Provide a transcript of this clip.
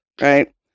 right